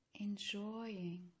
enjoying